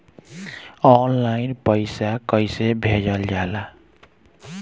Online पैसा कैसे भेजल जाला?